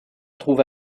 trouve